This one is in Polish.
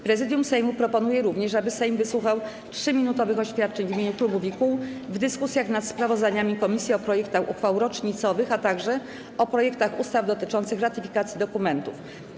Prezydium Sejmu proponuje również, aby Sejm wysłuchał 3-minutowych oświadczeń w imieniu klubów i kół w dyskusjach nad sprawozdaniami komisji o projektach uchwał rocznicowych, a także o projektach ustaw dotyczących ratyfikacji dokumentów.